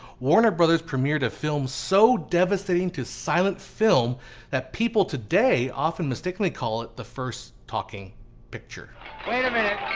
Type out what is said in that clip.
warner bros premiered a film so devastating to silent film that people today often mistakenly call it the first talking picture wait a minute.